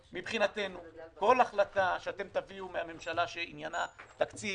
שמבחינתנו כל החלטה שאתם תביאו מהממשלה שעניינה תקציב,